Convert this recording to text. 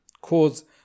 cause